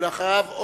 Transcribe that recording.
ואחריו,